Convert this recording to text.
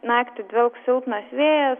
naktį dvelks silpnas vėjas